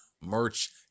merch